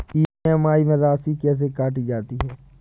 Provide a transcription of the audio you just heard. EMI में राशि कैसे काटी जाती है?